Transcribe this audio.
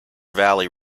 valley